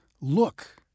look